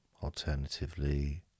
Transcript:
Alternatively